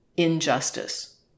injustice